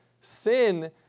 Sin